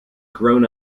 grown